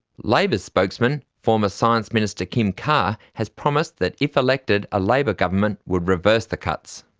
labor's spokesman, former science minister kim carr, has promised that if elected a labor government would reverse the cuts.